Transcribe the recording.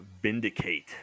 Vindicate